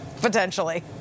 potentially